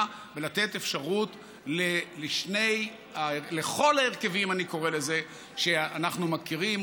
ולתת אפשרות לכל ההרכבים שאנחנו מכירים,